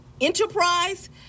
enterprise